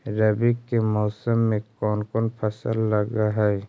रवि के मौसम में कोन कोन फसल लग है?